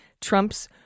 Trump's